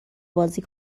بازی